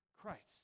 Christ